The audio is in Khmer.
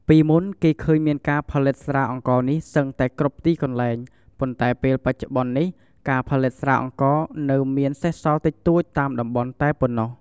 ពីមុនគេឃើញមានការផលិតស្រាអង្ករនេះសឹងតែគ្រប់ទីកន្លែង ប៉ុន្តែពេលបច្ចុប្បន្បនេះការផលិតស្រាអង្ករនៅមានសេសសល់តិចតួចតាមតំបន់តែប៉ុណ្ណោះ។